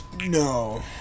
No